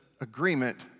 agreement